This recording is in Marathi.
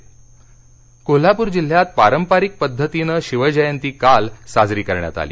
शिवजयंती कोल्हापर कोल्हापूर जिल्ह्यात पारपरिक पद्धतीने शिवजयंती काल साजरी करण्यात आली